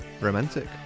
Romantic